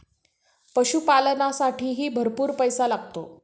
पशुपालनालासाठीही भरपूर पैसा लागतो